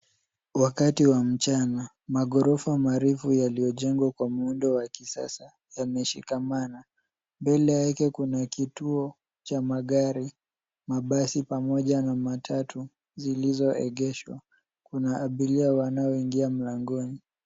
Wakati wa mchana. Maghorofa marefu yaliyojengwa kwa muundo wa kisasa yameshikamana. Mbele yake kuna kituo cha magari, mabasi pamoja na matatu zilizoegeshwa. Kuna abiria wanaoingia mlangoni.